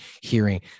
hearing